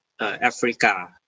Africa